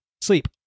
sleep